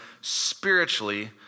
spiritually